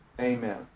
Amen